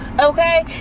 okay